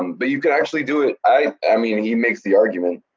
um but you can actually do it, i, i mean he makes the argument,